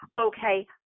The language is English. okay